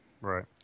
Right